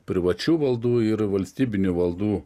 privačių valdų ir valstybinių valdų